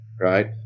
right